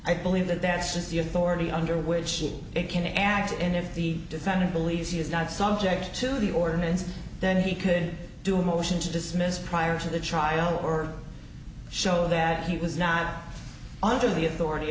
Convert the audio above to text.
i believe that that's just the authority under which it can act and if the defendant believes he is not subject to the ordinance then he could do a motion to dismiss prior to the trial or show that he was not under the authority